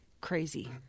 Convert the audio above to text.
crazy